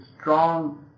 strong